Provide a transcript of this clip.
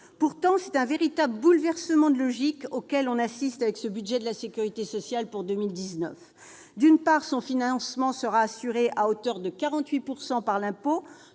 Pourtant, c'est à un véritable bouleversement de logique que l'on assiste avec ce budget de la sécurité sociale pour 2019. D'une part, son financement sera assuré à hauteur de 48 % par l'impôt,